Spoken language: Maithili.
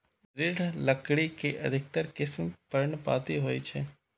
दृढ़ लकड़ी के अधिकतर किस्म पर्णपाती होइ छै